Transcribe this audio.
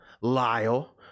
Lyle